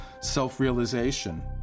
self-realization